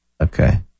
Okay